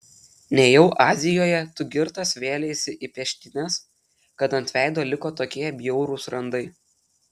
nejau azijoje tu girtas vėleisi į peštynes kad ant veido liko tokie bjaurūs randai